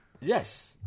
Yes